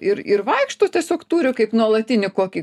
ir ir vaikšto tiesiog turi kaip nuolatinį kokį